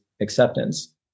acceptance